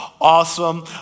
awesome